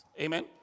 Amen